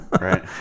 Right